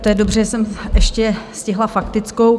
To je dobře, že jsem ještě stihla faktickou.